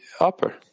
upper